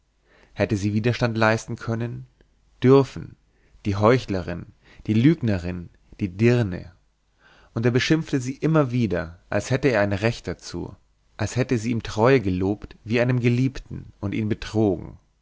hätte sie widerstand leisten können dürfen die heuchlerin die lügnerin die dirne und er beschimpfte sie immer weiter als hätte er ein recht dazu als hätte sie ihm treue gelobt wie einem geliebten und ihn betrogen